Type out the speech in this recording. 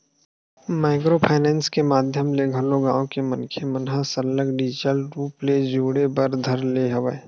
micro finance के माधियम ले घलो गाँव के मनखे मन ह सरलग डिजिटल रुप ले जुड़े बर धर ले हवय